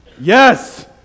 Yes